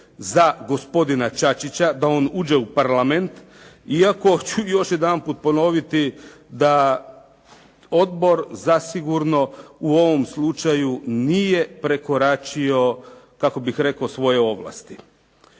za gospodina Čačića da on uđe u Parlament iako ću još jedanput ponoviti da odbor zasigurno u ovom slučaju nije prekoračio, kako bih rekao, svoje ovlasti.